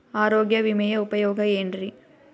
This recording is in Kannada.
ಆರೋಗ್ಯ ವಿಮೆಯ ಉಪಯೋಗ ಏನ್ರೀ?